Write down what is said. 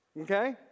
okay